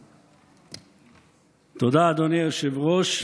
תודה, אדוני היושב-ראש.